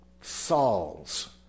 Saul's